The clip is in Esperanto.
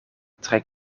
tre